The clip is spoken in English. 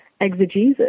exegesis